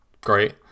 great